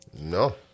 No